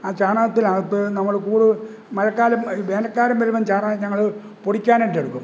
ആ ചാണകത്തിനകത്ത് നമ്മള് കൂട് മഴക്കാലം വേനല്ക്കാലം വരുമ്പോള് ചാണകം ഞങ്ങള് പൊടിക്കാനായിട്ടെടുക്കും